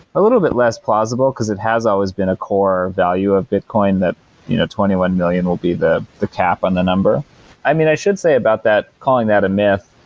a little bit less plausible, because it has always been a core value of bitcoin that you know twenty one million will be the the cap and the number i mean, i should about that calling that a myth,